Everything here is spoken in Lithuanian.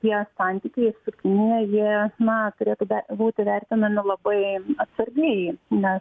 tie santykiai su kinija jie na turėtų ve būti vertinami labai atsargiai nes